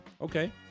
Okay